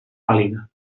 vàlida